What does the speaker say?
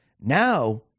Now